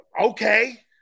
okay